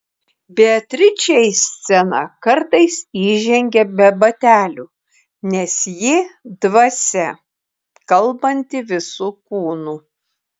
beatričė į sceną kartais įžengia be batelių nes ji dvasia kalbanti visu kūnu